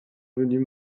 venus